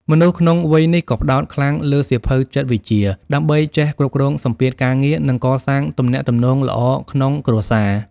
មនុស្សក្នុងវ័យនេះ ក៏ផ្ដោតខ្លាំងលើសៀវភៅចិត្តវិទ្យា ដើម្បីចេះគ្រប់គ្រងសម្ពាធការងារ និងកសាងទំនាក់ទំនងល្អក្នុងគ្រួសារ។